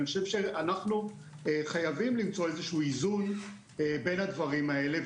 אני חושב שאנחנו חייבים למצוא איזשהו איזון בין הדברים האלה.